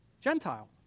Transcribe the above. Gentile